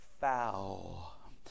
foul